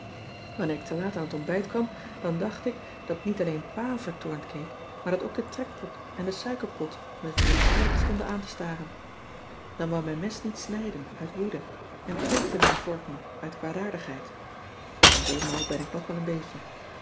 wanneer ik te laat aan t ontbijt kwam dan dacht ik dat niet alleen pa vertoornd keek maar dat ook de trekpot en de suikerpot me verontwaardigd stonden aan te staren dan wou mijn mes niet snijden uit woede en prikte mijn vork me uit kwaadaardigheid en zoo mal ben ik nog wel een beetje